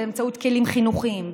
באמצעות כלים חינוכיים,